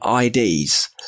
IDs